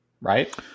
Right